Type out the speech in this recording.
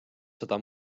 seda